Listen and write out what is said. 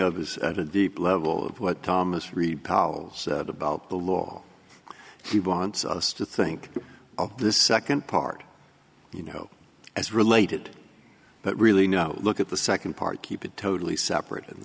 of is at a deep level of what thomas reed powers said about the law he wants us to think of the second part you know as related but really now look at the second part keep it totally separate